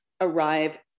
arrive